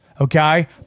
okay